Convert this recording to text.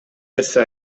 нерсе